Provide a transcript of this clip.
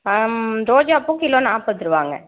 ஆ ரோஜா பூ கிலோ நாற்பது ரூபாங்க